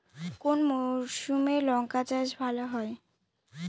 কোন মরশুমে লঙ্কা চাষ ভালো হয়?